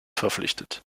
verpflichtet